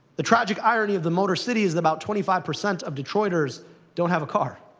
the tragic irony of the motor city is that about twenty five percent of detroiters don't have a car